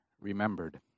remembered